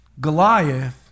Goliath